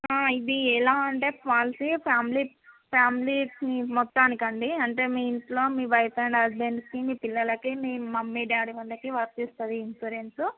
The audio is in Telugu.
ఇది ఎలా అంటే పాలసీ ఫామిలీ ఫ్యామిలీకి మొత్తానికి అండి మీ అంటే ఇంట్లో మీ వైఫ్ అండ్ హస్బెండ్కి మీ పిల్లలకి మీ మమ్మీ డాడీ వాళ్ళకి వర్తిస్తుందండి ఈ ఇన్సూరెన్సు